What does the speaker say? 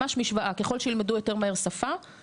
ממש משוואה: ככל שילמדו יותר מהר שפה כך